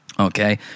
Okay